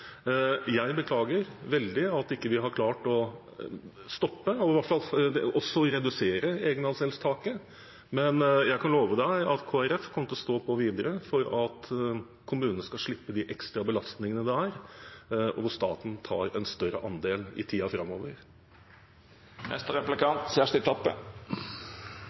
Jeg beklager veldig at vi ikke har klart å stoppe eller redusere egenandelstaket, men jeg kan love at Kristelig Folkeparti kommer til å stå på videre for at kommunene skal slippe de ekstra belastningene det er, hvor staten tar en større andel i tiden framover.